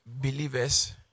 believer's